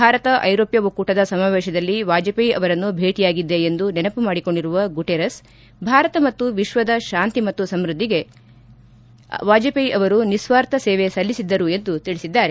ಭಾರತ ಐರೋಷ್ಣ ಒಕ್ಕೂಟದ ಸಮಾವೇಶದಲ್ಲಿ ವಾಜಪೇಯಿ ಅವರನ್ನು ಭೇಟಿಯಾಗಿದ್ದೆ ಎಂದು ನೆನಪು ಮಾಡಿಕೊಂಡಿರುವ ಗುಟಿರಸ್ ಭಾರತ ಮತ್ತು ವಿಶ್ವದ ಶಾಂತಿ ಮತ್ತು ಅಭಿವ್ಯದ್ಲಿಗೆ ವಾಜಪೇಯಿ ಅವರು ನಿಸ್ನಾರ್ಥ ಸೇವೆ ಸಲ್ಲಿಸಿದ್ದರು ಎಂದು ತಿಳಿಸಿದ್ದಾರೆ